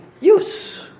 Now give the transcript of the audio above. use